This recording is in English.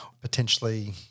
potentially